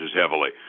heavily